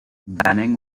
banning